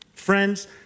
Friends